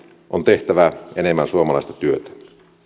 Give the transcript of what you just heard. on tehtävä enemmän suomalaista työtä